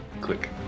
Click